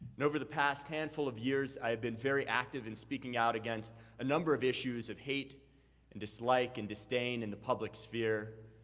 and over the past handful of years, i have been very active in speaking out against a number of issues of hate and dislike and disdain in the public spear,